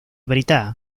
verità